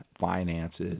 finances